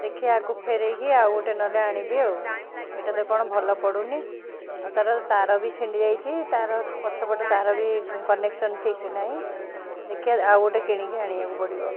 ଦେଖିବା ଆକୁ ଫେରାଇକି ଆଉ ଗୋଟେ ନହେଲେ ଆଣିବି ଆଉ ଏଇଟା ତ କ'ଣ ଭଲ ପଡ଼ୁନି ଆଉ ତାର ତାର ବି ଛିଣ୍ଡିଯାଇଛି ତାର ପଛପଟ ତାର ବି କନେକ୍ସନ୍ ଠିକ୍ ନାହିଁ ଦେଖିବା ଆଉ ଗୋଟେ କିଣିକି ଆଣିବାକୁ ପଡ଼ିବ